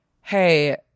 Hey